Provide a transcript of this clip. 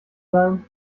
sein